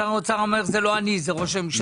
שר האוצר אומר: זה לא אני, זה ראש הממשלה.